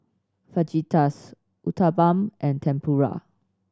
Fajitas Uthapam and Tempura